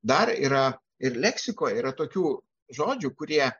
dar yra ir leksikoj yra tokių žodžių kurie